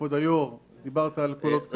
כבוד היושב-ראש, דיברת על קולות קוראים.